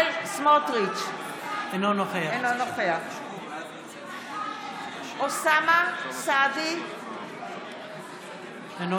סמוטריץ' אינו נוכח אוסאמה סעדי, אינו